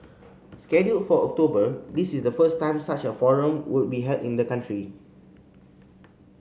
scheduled for October this is the first time such a forum will be held in the country